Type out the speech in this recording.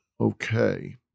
Okay